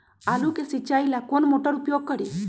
आलू के सिंचाई ला कौन मोटर उपयोग करी?